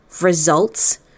results